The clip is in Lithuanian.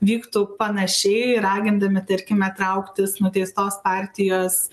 vyktų panašiai ragindami tarkime trauktis nuteistos partijos